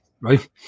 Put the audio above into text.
right